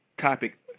topic